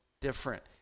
different